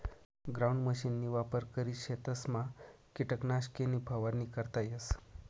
ground मशीनना वापर करी शेतसमा किटकनाशके नी फवारणी करता येस